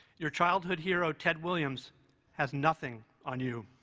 your childhood hero ted williams has nothing on you.